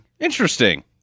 Interesting